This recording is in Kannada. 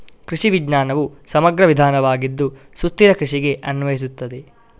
ಕೃಷಿ ವಿಜ್ಞಾನವು ಸಮಗ್ರ ವಿಧಾನವಾಗಿದ್ದು ಸುಸ್ಥಿರ ಕೃಷಿಗೆ ಅನ್ವಯಿಸುತ್ತದೆ